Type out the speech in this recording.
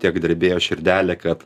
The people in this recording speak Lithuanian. tiek drebėjo širdelė kad